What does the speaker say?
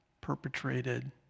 perpetrated